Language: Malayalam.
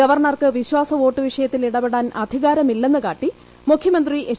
ഗവർണർക്ക് വിശ്വാസ വോട്ട് വിഷയത്തിൽ ഇടപെടാൻ അധികാരമില്ലെന്ന് കാട്ടി മുഖ്യമന്ത്രി എച്ച്